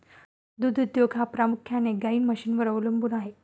दूध उद्योग हा प्रामुख्याने गाई म्हशींवर अवलंबून आहे